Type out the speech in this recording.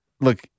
Look